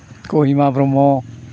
Kohima Brahma